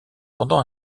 pendant